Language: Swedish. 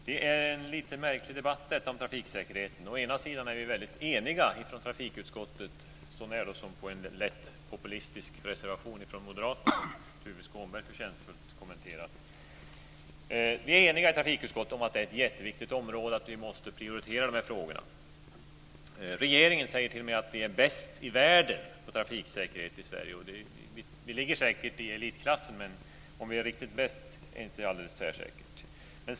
Herr talman! Detta är en något märklig debatt om trafiksäkerheten. Vi är väldigt eniga i trafikutskottet - sånär som på en lätt populistisk reservation från Moderaterna som Tuve Skånberg förtjänstfullt har kommenterat. Vi är eniga i trafikutskottet om att det är ett viktigt område och att vi måste prioritera de här frågorna. Regeringen säger t.o.m. att vi i Sverige är bäst i världen på trafiksäkerhet. Vi ligger säkert i elitklassen, men att vi är bäst är inte helt säkert.